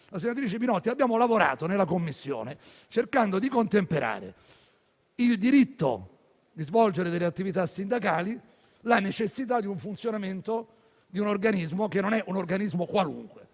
abbiamo lavorato in Commissione cercando di contemperare il diritto di svolgere delle attività sindacali con la necessità del funzionamento di un organismo, che non è un organismo qualunque.